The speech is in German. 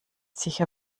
sicher